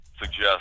suggest